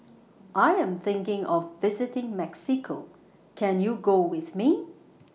I Am thinking of visiting Mexico Can YOU Go with Me